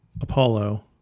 Apollo